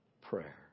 prayer